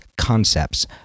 concepts